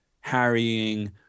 harrying